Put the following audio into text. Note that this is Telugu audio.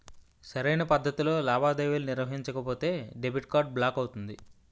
సరైన పద్ధతిలో లావాదేవీలు నిర్వహించకపోతే డెబిట్ కార్డ్ బ్లాక్ అవుతుంది